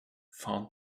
found